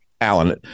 Alan